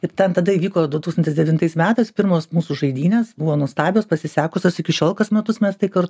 ir ten tada įvyko du tūkstantis devintais metais pirmos mūsų žaidynės buvo nuostabios pasisekusios iki šiol kas metus mes tai kar